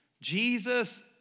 Jesus